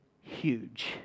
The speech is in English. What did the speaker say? huge